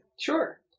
Sure